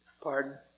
pardon